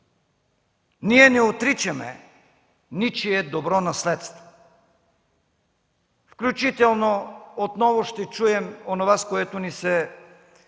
Ние не отричаме ничие добро наследство, включително отново ще чуем онова, с което ни се